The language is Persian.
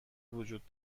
وجود